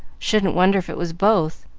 shouldn't wonder if it was both.